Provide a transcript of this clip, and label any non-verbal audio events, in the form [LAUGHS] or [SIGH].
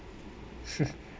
[LAUGHS]